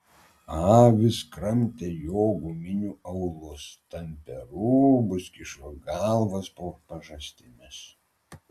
avys kramtė jo guminių aulus tampė rūbus kišo galvas po pažastimis